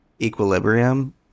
equilibrium